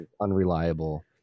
Unreliable